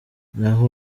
naho